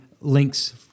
links